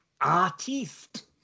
artist